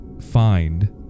find